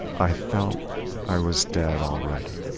i felt i was dead already.